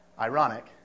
ironic